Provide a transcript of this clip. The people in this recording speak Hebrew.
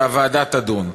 שהוועדה תדון.